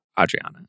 Adriana